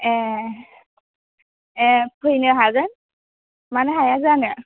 ए ए फैनो हागोन मानो हाया जानो